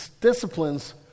disciplines